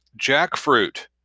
jackfruit